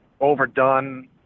overdone